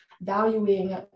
valuing